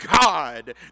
God